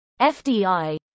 FDI